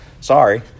Sorry